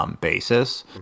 basis